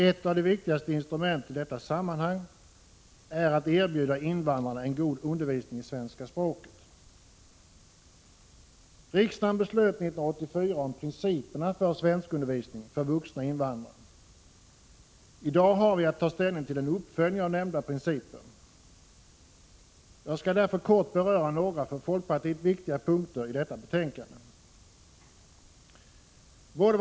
Ett av de viktigaste instrumenten i detta sammanhang är att erbjuda invandrarna en god undervisning i svenska språket. Riksdagen beslöt hösten 1984 om principerna för svenskundervisning för vuxna invandrare. I dag har vi att ta ställning till en uppföljning av nämnda principer. Jag skall därför kort beröra några för folkpartiet viktiga punkter i detta betänkande.